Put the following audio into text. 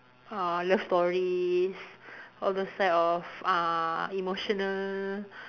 uh love stories all those type of uh emotional